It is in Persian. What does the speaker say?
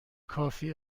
کافی